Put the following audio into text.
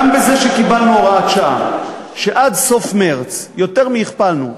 גם בזה שקיבלנו הוראת שעה שעד סוף מרס יותר מהכפלנו,